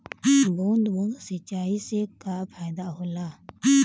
बूंद बूंद सिंचाई से का फायदा होला?